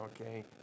okay